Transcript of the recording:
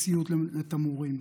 אי-ציות לתמרורים,